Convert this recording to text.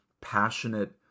passionate